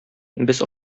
без